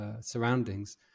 surroundings